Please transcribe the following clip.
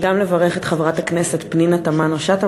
וגם לברך את חברת הכנסת פנינה תמנו-שטה